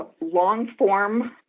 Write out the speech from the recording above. long-form